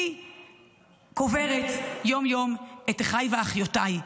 אני קוברת יום-יום את אחיי ואחיותיי.